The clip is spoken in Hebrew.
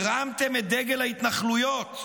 הרמתם את דגל ההתנחלויות.